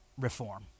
reform